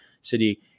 City